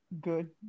good